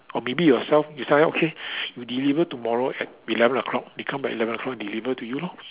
or maybe yourself you tell them okay you deliver tomorrow at eleven o'clock they come by eleven o-clock deliver to you lor